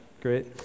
Great